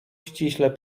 ściśle